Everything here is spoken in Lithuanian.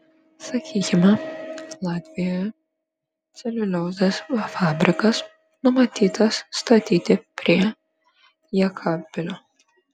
sakykime latvijoje celiuliozės fabrikas numatytas statyti prie jekabpilio